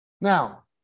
Now